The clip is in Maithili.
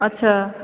अच्छा